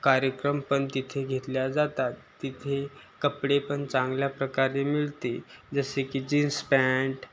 कार्यक्रम पण तिथे घेतले जातात तिथे कपडे पण चांगल्या प्रकारे मिळते जसे की जीन्स पँन्ट